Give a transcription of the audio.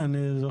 כן, אני זוכר.